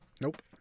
nope